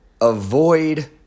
Avoid